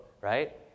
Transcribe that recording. right